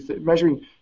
measuring